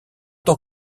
tant